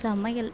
சமையல்